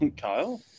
Kyle